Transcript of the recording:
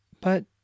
But